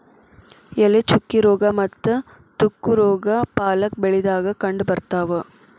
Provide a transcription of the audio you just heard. ಎಲೆ ಚುಕ್ಕಿ ರೋಗಾ ಮತ್ತ ತುಕ್ಕು ರೋಗಾ ಪಾಲಕ್ ಬೆಳಿದಾಗ ಕಂಡಬರ್ತಾವ